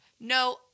No